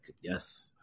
Yes